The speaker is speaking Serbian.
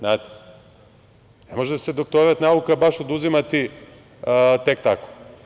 Ne može se doktorat nauka baš oduzimati tek tako.